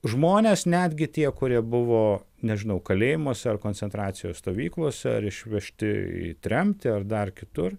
žmonės netgi tie kurie buvo nežinau kalėjimuose ar koncentracijos stovyklose ar išvežti į tremtį ar dar kitur